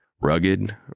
Rugged